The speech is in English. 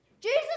Jesus